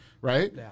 right